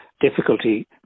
difficulty